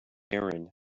erin